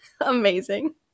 Amazing